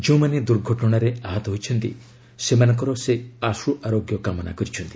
ଯେଉଁମାନେ ଦୁର୍ଘଟଣାରେ ଆହତ ହୋଇଛନ୍ତି ସେମାନଙ୍କର ସେ ଆଶୁ ଆରୋଗ୍ୟ କାମନା କରିଛନ୍ତି